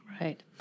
Right